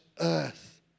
earth